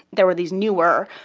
there were these newer,